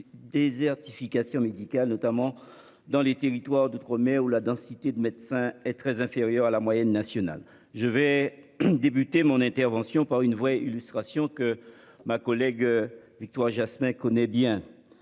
sur la désertification médicale, notamment dans les territoires d'outre-mer, où la densité de médecins est très inférieure à la moyenne nationale. Je commencerai mon intervention par une illustration, que ma collègue Victoire Jasmin connaît bien